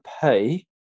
pay